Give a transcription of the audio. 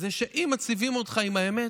שאם מציבים אותך מול האמת,